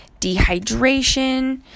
dehydration